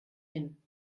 hin